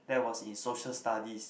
that was in social studies